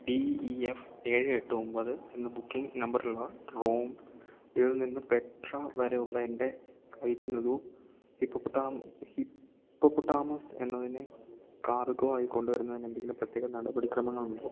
D E F ഏഴ് എട്ട് ഒമ്പത് എന്ന ബുക്കിംഗ് നമ്പറുള്ള റോമിൽ നിന്ന് പെട്ര വരെയുള്ള എൻ്റെ ഫ്ലൈറ്റിനൊരു ഹിപ്പപ്പൊട്ടാമസ് എന്നതിനെ കാർഗോ ആയി കൊണ്ടുവരുന്നതിനെന്തെങ്കിലും പ്രത്യേക നടപടിക്രമങ്ങളുണ്ടോ